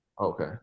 Okay